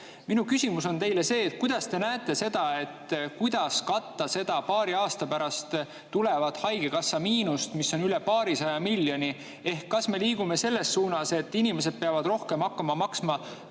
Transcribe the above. Minu küsimus teile on see, et kuidas teie nägemuses katta seda paari aasta pärast tulevat haigekassa miinust, mis on üle paarisaja miljoni. Kas me liigume selles suunas, et inimesed peavad rohkem hakkama maksma